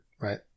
Right